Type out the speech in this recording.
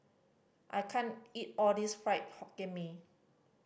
I can't eat all this Fried Hokkien Mee